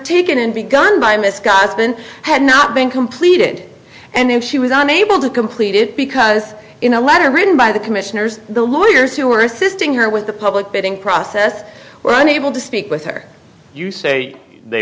undertaken in begun by miss gus been had not been completed and she was unable to complete it because in a letter written by the commissioners the lawyers who were assisting her with the public bidding process were unable to speak with her you say they